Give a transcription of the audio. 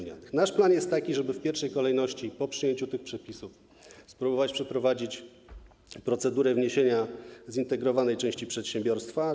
Nasz plan jest taki, żeby w pierwszej kolejności po przyjęciu tych przepisów spróbować przeprowadzić procedurę wniesienia zintegrowanej części przedsiębiorstwa.